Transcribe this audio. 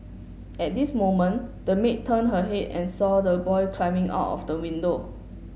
at this moment the maid turned her head and saw the boy climbing out of the window